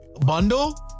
bundle